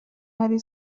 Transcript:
hari